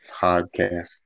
podcast